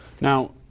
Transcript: Now